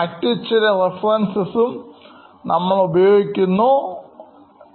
മറ്റുചില റഫറൻസും നമ്മൾ ഉപയോഗിക്കുന്നുണ്ട്